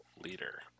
leader